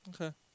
Okay